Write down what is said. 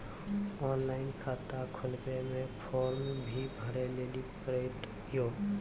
Online खाता खोलवे मे फोर्म भी भरे लेली पड़त यो?